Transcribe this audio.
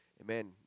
Amen